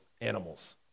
animals